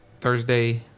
Thursday